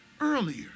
earlier